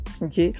ok